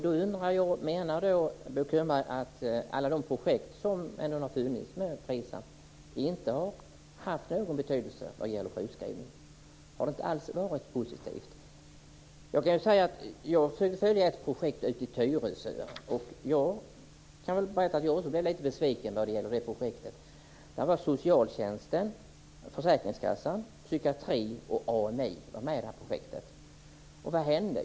Då undrar jag om Bo Könberg menar att alla de projekt med Frisam som har funnits inte har haft någon betydelse vad gäller sjukskrivningen. Har det inte alls varit positivt? Jag har försökt att följa ett projekt i Tyresö, och jag blev också lite besviken. Där var socialtjänsten, försäkringskassan, psykiatrin och AMI med i projektet. Vad hände?